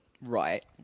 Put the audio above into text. Right